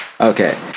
Okay